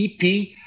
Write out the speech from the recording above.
EP